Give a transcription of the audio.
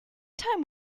time